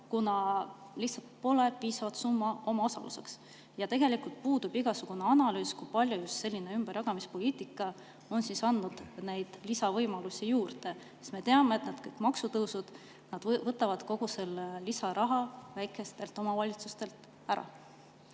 kuna lihtsalt pole piisavat summat omaosaluseks. Ja tegelikult puudub igasugune analüüs, kui palju just selline ümberjagamispoliitika on andnud lisavõimalusi juurde. Me teame, et need maksutõusud võtavad kogu selle lisaraha väikestelt omavalitsustelt ära.